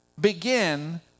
begin